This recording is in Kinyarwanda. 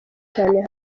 cyane